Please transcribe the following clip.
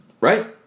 Right